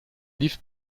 lief